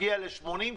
נגיע ל-80%.